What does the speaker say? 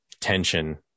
tension